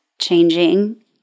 changing